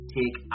take